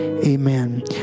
Amen